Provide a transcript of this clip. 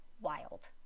wild